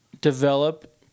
develop